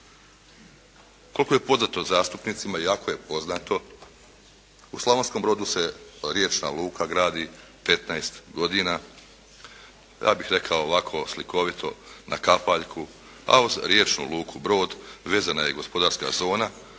Koliko je poznato zastupnicima, jako je poznato u Slavonskom Brodu se riječna luka gradi 15 godina. Ja bih rekao ovako slikovito, na kapaljku, a uz riječnu Luku Brod vezana je gospodarska zona